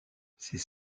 ses